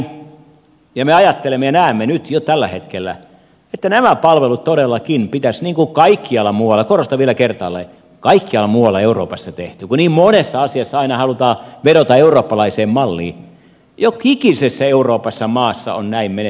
me ajattelemme ja näemme nyt jo tällä hetkellä että nämä palvelut todellakin pitäisi tehdä niin kuin kaikkialla muualla korostan vielä kertaalleen kaikkialla muualla euroopassa kun niin monessa asiassa aina halutaan vedota eurooppalaiseen malliin jokikisessä eurooppalaisessa maassa on menetelty